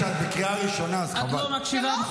את לא מקשיבה בכל מקרה, את לא מקשיבה.